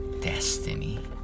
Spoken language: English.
destiny